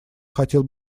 хотел